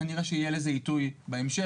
כנראה שיהיה לזה עיתוי בהמשך,